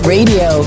Radio